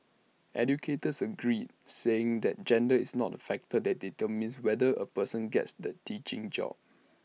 educators agreed saying that gender is not A factor that determines whether A person gets the teaching job